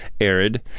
arid